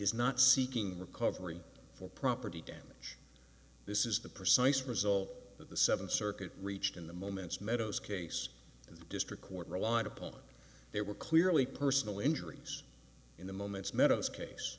is not seeking recovery for property damage this is the precise result that the seven circuit reached in the moments meadows case and the district court relied upon they were clearly personal injuries in the moments meadows case